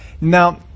Now